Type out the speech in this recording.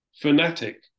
fanatic